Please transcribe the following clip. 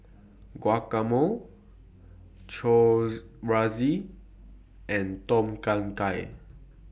Guacamole Chorizo and Tom Kha Gai